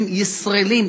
הם ישראלים,